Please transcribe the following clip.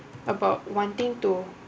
about wanting to